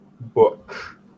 book